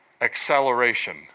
acceleration